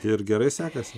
ir gerai sekėsi